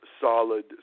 solid